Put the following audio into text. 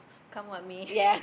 come what me